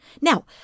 Now